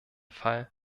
fall